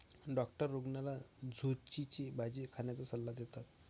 doctor रुग्णाला झुचीची भाजी खाण्याचा सल्ला देतात